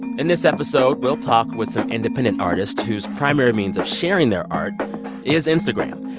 in this episode, we'll talk with some independent artists whose primary means of sharing their art is instagram.